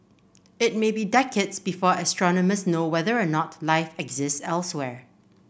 it may be decades before astronomers know whether or not life exists elsewhere